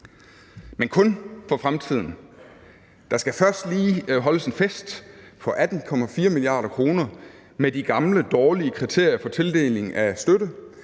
men kun for fremtiden. Først skal der lige holdes en fest for 18,4 mia. kr. med de gamle dårlige kriterier for tildeling af støtte,